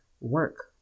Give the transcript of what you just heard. work